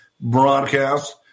broadcast